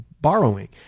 borrowing